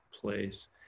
place